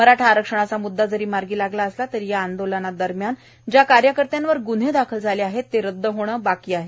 मराठा आरक्षणाचा मुददा जरी मार्गी लागला असला तरी या आंदोलन दरम्यान ज्या कार्यकर्त्यावर ग्रून्हे दाखल झाले आहेत ते रदद होणे अजून बाकी आहे